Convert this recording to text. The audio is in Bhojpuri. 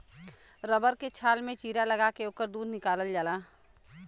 रबर के छाल में चीरा लगा के ओकर दूध निकालल जाला